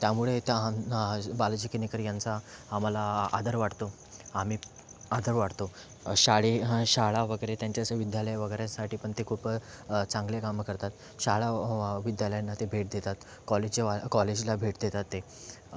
त्यामुळे त्या बालाजी किनीकर यांचा आम्हाला आदर वाटतो आम्ही आदर वाटतो शाळे शाळा वगैरे त्यांचं असं विद्यालय वगैरे साठीपण ते खूप चांगले कामं करतात शाळा विद्यालयांना ते भेट देतात कॉलेज वा कॉलेजला भेट देतात ते